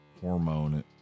hormone